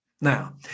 Now